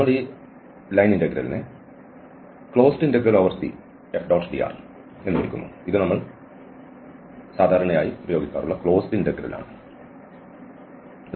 നമ്മൾ ഈ ലൈനെ ഇന്റഗ്രൽ എന്ന് വിളിക്കുന്നു ഇത് നമ്മൾ സാധാരണയായി ക്ലോസ്ഡ് ഇന്റഗ്രൽന് ആണ് ഉപയോഗിക്കുന്നത്